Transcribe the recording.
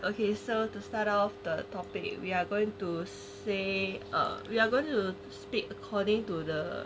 okay so to start off the topic we're going to say err we are going to speak according to the